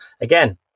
again